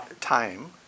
time